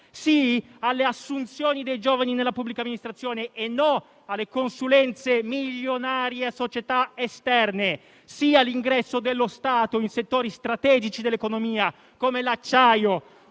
sì alle assunzioni dei giovani nella pubblica amministrazione; no alle consulenze milionarie a società esterne; sì all'ingresso dello Stato in settori strategici dell'economia come l'acciaio